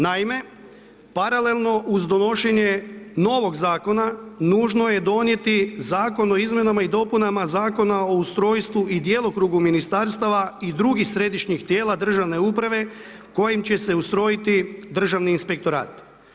Naime, paralelno uz donošenje novog zakona nužno je donijeti Zakon o izmjenama i dopunama Zakona o ustrojstvu i djelokrugu ministarstava i drugih središnjih tijela državne uprave kojim će se ustrojiti državni inspektorat.